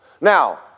Now